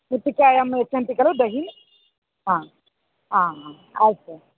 मृत्तिकायां यच्छन्ति खलु दहि हा हाहा अस्तु